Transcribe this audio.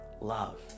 love